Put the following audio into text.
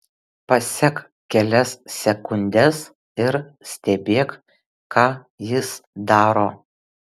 pasek kelias sekundes ir stebėk ką jis daro